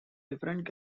different